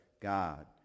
God